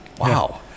Wow